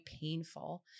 painful